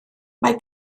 mae